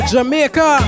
Jamaica